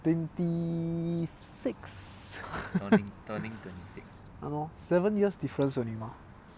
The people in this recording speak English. twenty six ya lor seven years difference only mah